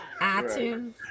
iTunes